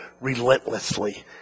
relentlessly